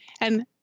And-